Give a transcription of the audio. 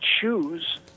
choose